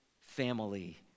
family